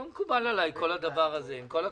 לא מקובל עלי כל הדבר הזה, עם כל הכבוד.